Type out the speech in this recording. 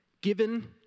Given